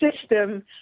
system